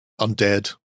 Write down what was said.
undead